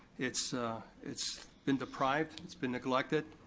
it's it's been deprived, it's been neglected.